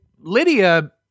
Lydia